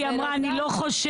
כי היא אמרה 'אני לא חושבת'.